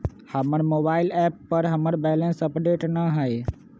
हमर mobile app पर हमर बैलेंस अपडेट न हई